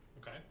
Okay